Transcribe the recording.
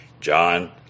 John